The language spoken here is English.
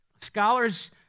scholars